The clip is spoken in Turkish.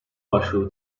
başvuru